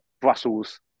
brussels